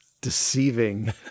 deceiving